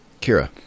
Kira